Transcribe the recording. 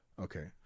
Okay